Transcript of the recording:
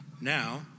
Now